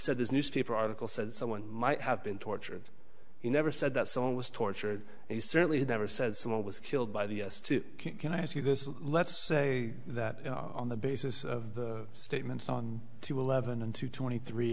said his newspaper article said someone might have been tortured he never said that someone was tortured he certainly had never said someone was killed by the us two can i ask you this let's say that on the basis of the statements on two eleven and two twenty three